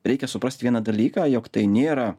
reikia suprast vieną dalyką jog tai nėra